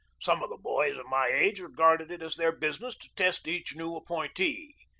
some of the boys of my age regarded it as their business to test each new appointee.